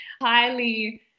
highly